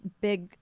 big